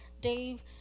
Dave